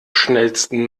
schnellsten